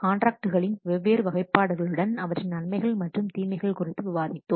காண்ட்ராக்ட்களின் வெவ்வேறு வகைப்பாடுகளுடன் அவற்றின் நன்மைகள் மற்றும் தீமைகள் குறித்து விவாதித்தோம்